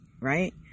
right